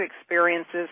experiences